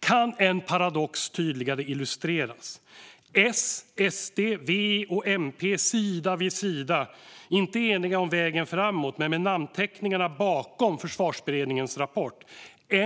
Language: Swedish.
Kan en paradox tydligare illustreras? S, SD, V och MP sida vid sida. De är inte eniga om vägen framåt men står med namnteckningarna bakom Försvarsberedningens rapport.